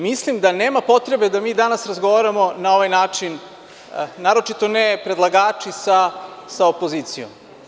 Mislim da nema potreba da mi danas razgovaramo na ovaj način, naročito ne predlagači sa opozicijom.